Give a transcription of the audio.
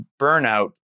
burnout